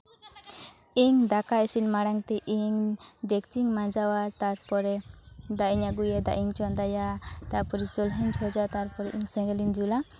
ᱤᱧ ᱫᱟᱠᱟ ᱤᱥᱤᱱ ᱢᱟᱲᱟᱝᱛᱮ ᱤᱧ ᱰᱮᱠᱪᱤᱧ ᱢᱟᱡᱟᱣᱟ ᱛᱟᱨᱯᱚᱨᱮ ᱫᱟᱜ ᱤᱧ ᱟᱜᱩᱭᱟ ᱫᱟᱜ ᱤᱧ ᱪᱚᱸᱫᱟᱭᱟ ᱛᱟᱯᱚᱨᱮ ᱪᱩᱞᱦᱟᱹᱧ ᱪᱷᱚᱸᱪᱟ ᱛᱟᱯᱚᱨᱮ ᱤᱧ ᱥᱮᱸᱜᱮᱞᱤᱧ ᱡᱩᱞᱟ